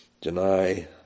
deny